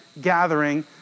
gathering